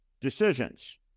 decisions